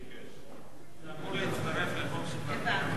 זה אמור להצטרף לחוק שכבר העברנו.